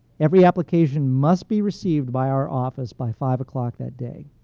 every application must be received by our office by five o'clock that day.